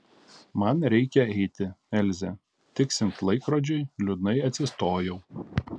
man reikia eiti elze tiksint laikrodžiui liūdnai atsistojau